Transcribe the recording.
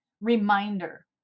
reminder